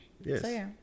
yes